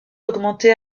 augmentait